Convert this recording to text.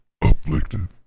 Afflicted